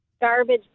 Garbage